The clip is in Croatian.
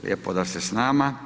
Lijepo da ste s nama.